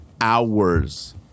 hours